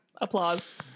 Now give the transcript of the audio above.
Applause